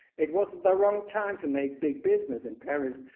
it was the wrong time to make big business in paris.